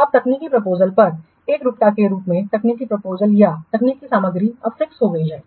अब तकनीकी प्रपोजलस पर एकरूपता के रूप में तकनीकी प्रपोजलस या तकनीकी सामग्री अब फिक्स हो गई है